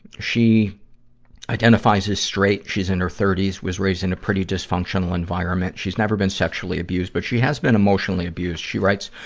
she identifies as straight, she's in her thirty s, was raised in a pretty dysfunctional environment. she's never been sexually abused, but she has been emotionally abused. she writes,